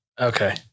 okay